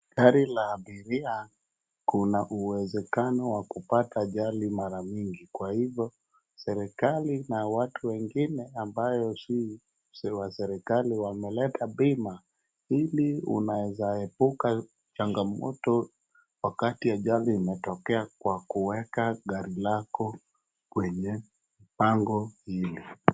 Gari la abiria kuna uwezekano wa kupata ajali mara mingi, kwa hivyo serikali na watu wengine ambayo hii si waserikali wameleta bima ili unaeza epuka changamoto wakati ajali imetokea kwa kuweka gari lako kwenye bango hilo.